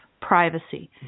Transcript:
privacy